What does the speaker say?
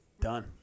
Done